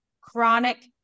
chronic